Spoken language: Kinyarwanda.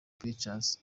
pictures